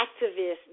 activists